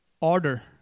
order